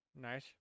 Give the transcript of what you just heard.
Nice